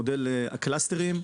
מודל הקלאסטרים (clusters).